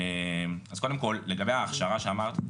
אז קודם כל לגבי ההכשרה שאמרת,